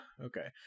Okay